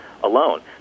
Alone